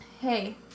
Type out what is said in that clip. hey